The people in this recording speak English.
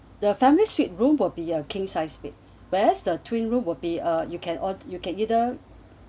the family suite room will be a king sized bed whereas the twin room will be uh you can or you can either